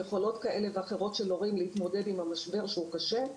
יכולות כאלה ואחרות של הורים להתמודד עם המשבר שהוא קשה.